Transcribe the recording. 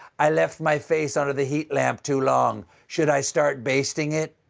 i left my face under the heat lamp too long. should i start basting it?